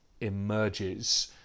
emerges